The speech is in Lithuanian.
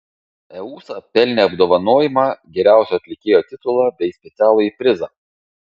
eusa pelnė apdovanojimą geriausio atlikėjo titulą bei specialųjį prizą